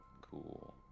Cool